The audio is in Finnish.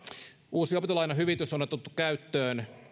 uusi opintolainahyvitys on otettu käyttöön